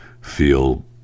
feel